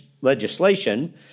legislation